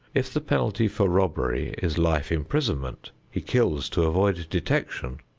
if the penalty for robbery is life imprisonment, he kills to avoid detection.